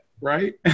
Right